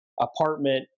apartment